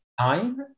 time